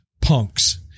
punks